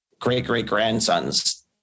great-great-grandsons